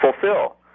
fulfill